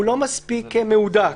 לא מספיק מהודק.